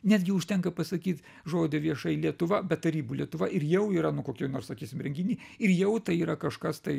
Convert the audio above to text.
netgi užtenka pasakyt žodį viešai lietuva be tarybų lietuva ir jau yra nu kokioj nors sakysim renginy ir jau tai yra kažkas tai